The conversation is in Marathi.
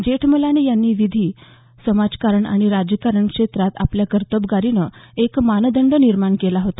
जेठमलानी यांनी विधी समाजकारण आणि राजकारण क्षेत्रात आपल्या कर्तबगारीनं एक मानदंड निर्माण केला होता